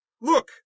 Look